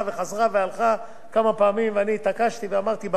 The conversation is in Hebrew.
ואני התעקשתי ואמרתי: במתכונת שאתם רוצים אני לא רוצה אותה,